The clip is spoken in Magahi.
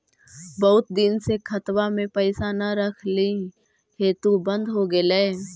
बहुत दिन से खतबा में पैसा न रखली हेतू बन्द हो गेलैय?